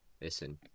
listen